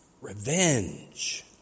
Revenge